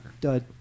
Dud